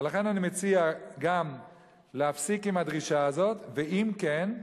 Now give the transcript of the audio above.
לכן אני מציע גם להפסיק עם הדרישה הזאת, ואם כן,